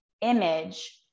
image